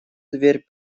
дверь